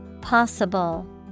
Possible